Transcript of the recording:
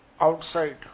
Outside